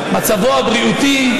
מצבו הבריאותי,